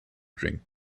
drink